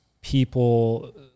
people